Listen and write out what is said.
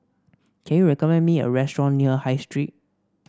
can you recommend me a restaurant near High Street